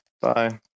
Bye